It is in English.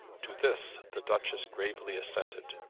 to this the duchess gravely assented.